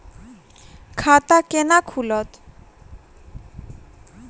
खाता केना खुलत?